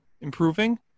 improving